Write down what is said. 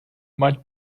might